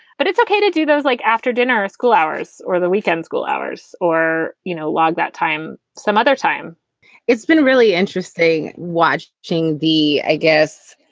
but it's ok to do those, like after dinner, school hours or the weekend school hours or you know log that time, some other time it's been really interesting watching the i guess,